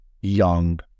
young